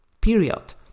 period